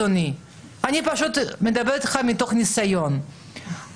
אני מדברת איתך מניסיון, אדוני.